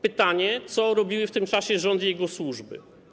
Pytanie: Co robiły w tym czasie rząd i jego służby?